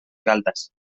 galtes